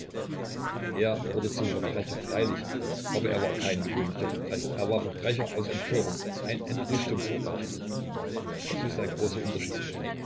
er wurde zum verbrecher freilich aber er war kein gewöhnlicher verbrecher er war verbrecher aus empörung ein entrüstungsverbrecher das ist ein großer unterschied